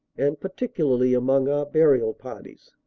and particularly among our burial parties.